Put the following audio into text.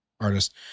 artist